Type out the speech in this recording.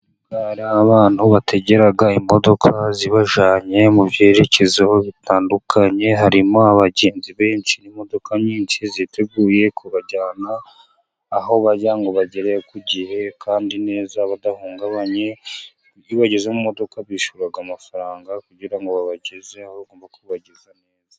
Muri gare aho abantu bategera imodoka zibajyanye mu byerekezo bitandukanye, harimo abagenzi benshi n'imodoka nyinshi ziteguye kubajyana aho bajya ngo bahagere ku gihe kandi neza badahungabanye, iyo bageze mu modoka bishyura amafaranga kugira ngo babageze aho ba ugomba kubageza neza.